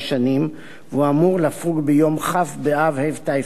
ותוקפו אמור לפוג ביום כ' באב תשע"ב,